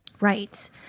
Right